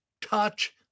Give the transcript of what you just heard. touch